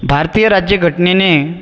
भारतीय राज्यघटनेने